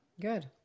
good